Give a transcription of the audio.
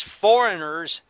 foreigners